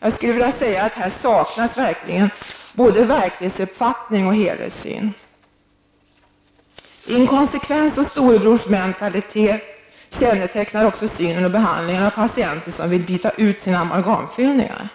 Jag skulle vilja säga att här saknas verkligen både en verklighetsuppfattning och en helthetssyn. Inkonsekvens och storebrorsmentalitet kännetecknar också synen på och behandlingen av patienter som vill byta ut sina amalgamfyllningar.